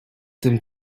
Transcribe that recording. tym